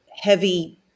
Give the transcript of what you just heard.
heavy